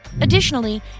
Additionally